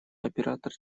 оператор